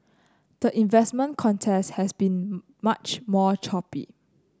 the investment contest has been much more choppy